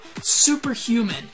superhuman